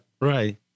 Right